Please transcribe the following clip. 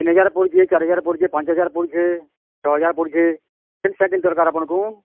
ତିନ୍ ହଜାର୍ ପଡ଼ୁଛେ ଚାର୍ ହଜାର୍ ପଡ଼ୁଛି ପାଞ୍ଚ୍ ହଜାର୍ ପଡ଼ୁଛେ ଛଅ ହଜାର୍ ପଡ଼ୁଛି କେନ୍ ସାଇକେଲ୍ ଦରକାର୍ ଆପଣ୍ଙ୍କୁ